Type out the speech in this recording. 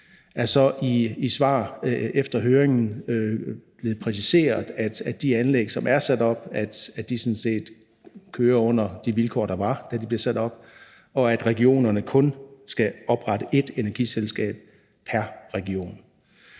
er så i svar efter høringen blevet præciseret, at de anlæg, som er sat op, sådan set kører under de vilkår, der var, da de blev sat op, og at regionerne kun skal oprette ét energiselskab pr. region.